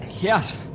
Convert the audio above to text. Yes